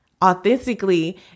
Authentically